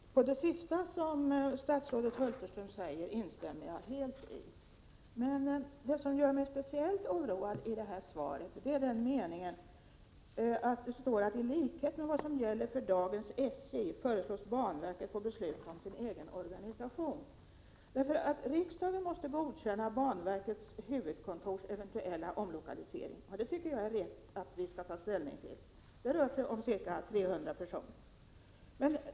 Herr talman! Det sista som statsrådet Hulterström sade instämmer jag helt Det som gör mig speciellt oroad i svaret är meningen: ”T likhet med vad som gäller för dagens SJ föreslås banverket få besluta om sin egen organisation.” Att riksdagen skall godkänna banverkets huvudkontors eventuella omlokalisering tycker jag är rätt. Det rör sig om ca 300 personer.